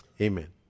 Amen